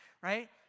right